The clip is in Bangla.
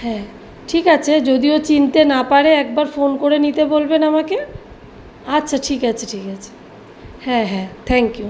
হ্যাঁ ঠিক আছে যদি ও চিনতে না পারে একবার ফোন করে নিতে বলবেন আমাকে আচ্ছা ঠিক আছে ঠিক আছে হ্যাঁ হ্যাঁ থ্যাঙ্ক ইউ